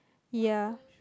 ya